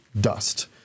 dust